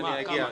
כמה?